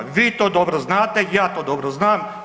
Vi to dobro znate, ja to dobro znam.